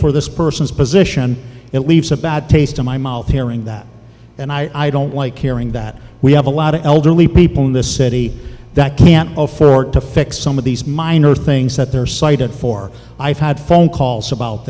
for this person's position it leaves a bad taste in my mouth hearing that and i don't like hearing that we have a lot of elderly people in this city that can't afford to fix some of these minor things that they're cited for i've had phone calls about